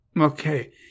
Okay